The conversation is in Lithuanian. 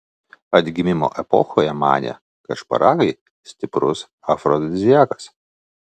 atgimimo epochoje manė kad šparagai stiprus afrodiziakas